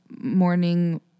morning